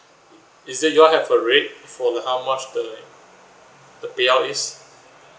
is that you all have a rate for the how much the like the payout is